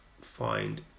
find